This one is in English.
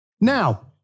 Now